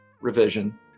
revision